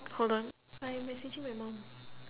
hold on I messaging my mum